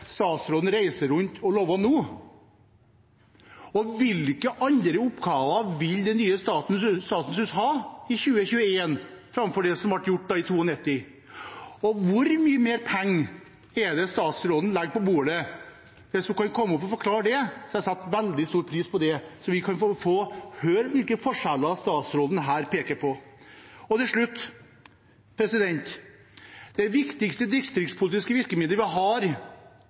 statsråden reiser rundt og lover nå? Hvilke andre oppgaver vil det nye Statens hus ha i 2021 framfor det som ble startet i 1992? Og hvor mye mer penger er det statsråden legger på bordet? Hvis hun kunne komme opp og forklare det, ville jeg satt veldig stor pris på det, så vi kan få høre hvilke forskjeller statsråden her peker på. Til slutt: Det viktigste distriktspolitiske virkemiddelet vi har